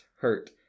hurt